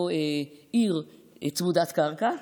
לא עיר צמודת קרקע,